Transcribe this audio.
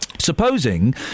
Supposing